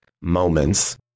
moments